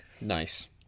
Nice